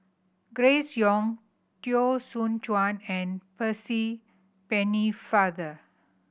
Grace Young Teo Soon Chuan and Percy Pennefather